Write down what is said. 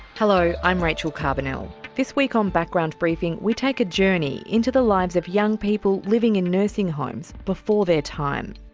hello, i'm rachel carbonell. this week on background briefing we take a journey into the lives of young people in nursing homes before their time.